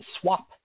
Swap